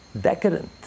decadent